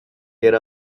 era